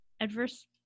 adverse